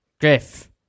Griff